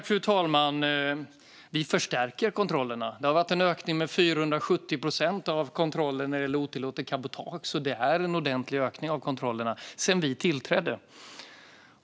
Fru talman! Vi förstärker kontrollerna. Det har skett en ökning med 470 procent av kontrollerna när det gäller otillåtet cabotage. Det har alltså skett en ordentlig ökning av kontrollerna sedan vi tillträdde.